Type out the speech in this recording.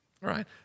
right